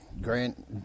Grant